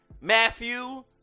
Matthew